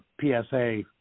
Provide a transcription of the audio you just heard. PSA